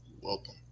Welcome